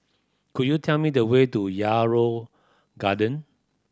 could you tell me the way to Yarrow Garden